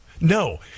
No